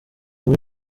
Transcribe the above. muri